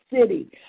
city